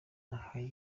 aho